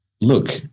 look